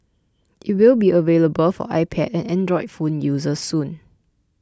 it will be available for iPad and Android phone users soon